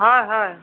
হয় হয়